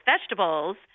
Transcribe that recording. vegetables